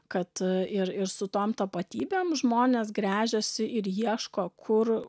kad ir ir su tom tapatybėm žmonės gręžiasi ir ieško kur